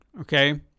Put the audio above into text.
okay